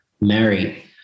Mary